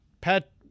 Pat